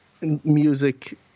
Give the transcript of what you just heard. music